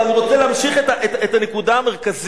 אבל אני רוצה להמשיך את הנקודה המרכזית: